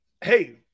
hey